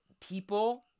People